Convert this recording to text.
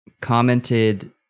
commented